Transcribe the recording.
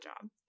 job